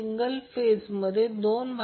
हे समीकरण 3 आहे